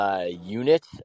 unit